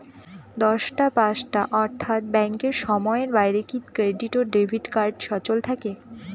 দশটা পাঁচটা অর্থ্যাত ব্যাংকের সময়ের বাইরে কি ক্রেডিট এবং ডেবিট কার্ড সচল থাকে?